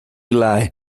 lie